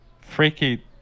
freaky